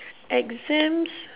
exams